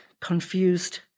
confused